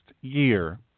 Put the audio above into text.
year